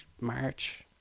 march